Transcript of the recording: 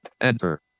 Enter